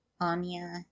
Anya